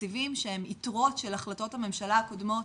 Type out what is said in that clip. תקציבים שהם יתרות של החלטות הממשלה הקודמות,